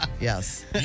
Yes